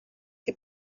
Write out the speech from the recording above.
que